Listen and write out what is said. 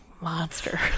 Monster